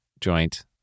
joint